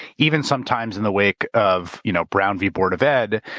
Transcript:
even sometimes in the wake of you know brown v. board of ed.